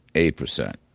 eight percent.